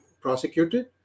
prosecuted